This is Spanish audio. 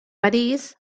parís